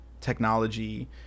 technology